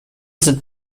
sind